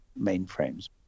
mainframes